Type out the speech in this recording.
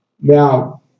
Now